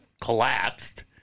collapsed